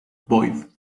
boyd